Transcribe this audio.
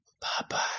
Bye-bye